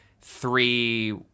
Three